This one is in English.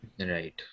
Right